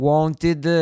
Wanted